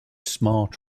smart